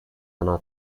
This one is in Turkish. ana